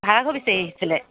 ভাড়াঘৰ বিচাৰি আহিছিলে